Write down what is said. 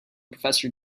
professor